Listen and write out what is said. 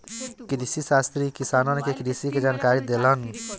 कृषिशास्त्री किसानन के कृषि के जानकारी देलन